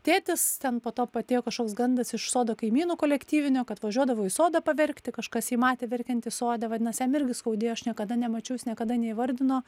tėtis ten po to patėjo kažkoks gandas iš sodo kaimynų kolektyvinio kad važiuodavo į sodą paverkti kažkas jį matė verkiantį sode vadinasi jam irgi skaudėjo aš niekada nemačiau jis niekada neįvardino